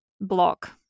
block